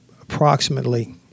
approximately